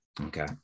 Okay